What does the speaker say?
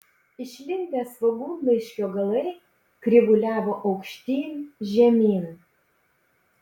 išlindę svogūnlaiškio galai krivuliavo aukštyn žemyn